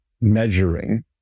measuring